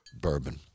Bourbon